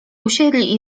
usiedli